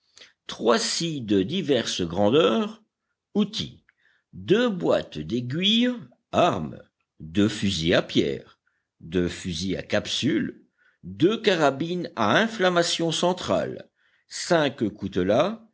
scies de diverses grandeurs outils boîtes d'aiguilles armes fusils à pierre fusils à capsule carabines à inflammation centrale coutelas